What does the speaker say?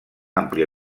àmplia